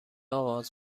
آغاز